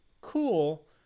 cool